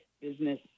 business